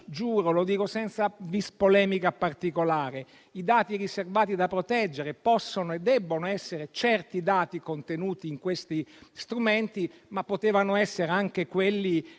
Lo dico senza *vis* polemica particolare: i dati riservati da proteggere possono e debbono essere certi dati contenuti in questi strumenti, ma potevano essere anche quelli